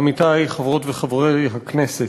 עמיתי חברות וחברי הכנסת,